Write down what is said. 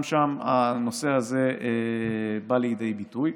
גם שם הנושא הזה בא לידי ביטוי.